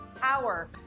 power